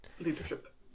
leadership